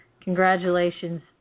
Congratulations